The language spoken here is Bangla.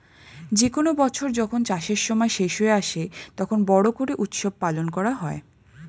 যে কোনো বছর যখন চাষের সময় শেষ হয়ে আসে, তখন বড়ো করে উৎসব পালন করা হয়